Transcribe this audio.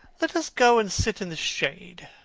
let us go and sit in the shade,